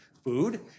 food